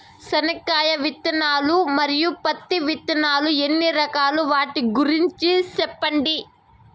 చెనక్కాయ విత్తనాలు, మరియు పత్తి విత్తనాలు ఎన్ని రకాలు వాటి గురించి సెప్పండి?